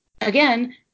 again